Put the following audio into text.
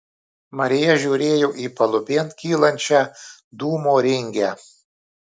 marija žiūrėjo į palubėn kylančią dūmo ringę